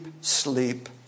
sleep